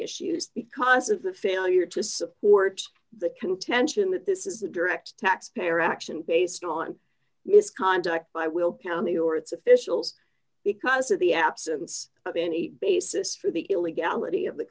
issues because of the failure to support the contention that this is a direct taxpayer action based on misconduct by will county or its officials because of the absence of any basis for the illegality of the